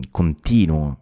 continuo